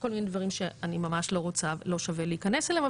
כל מיני דברים שלא שווה להיכנס אליהם,